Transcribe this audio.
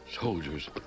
Soldiers